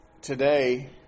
today